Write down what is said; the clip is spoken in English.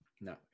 no